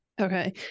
Okay